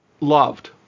loved